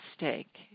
mistake